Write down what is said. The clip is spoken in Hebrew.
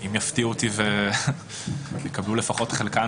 אם יפתיעו אותי ויקבלו לפחות את חלקן,